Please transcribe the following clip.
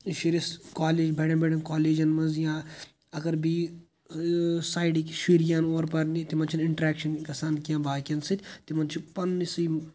شُرِس کالیج بَڑٮ۪ن بَڑٮ۪ن کالیجَن منٛز یا اَگر بیٚیہِ سایڈِکہِ شُرۍ یِن اور پَرنہِ تِمَن چھَنہٕ اِنٛٹرٛٮ۪کشَن گژھان کیٚنٛہہ باقیَن سۭتۍ تِمَن چھِ پنٛنہِ سٕے